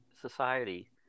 society